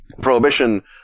prohibition